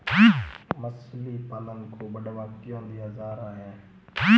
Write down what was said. मछली पालन को बढ़ावा क्यों दिया जा रहा है?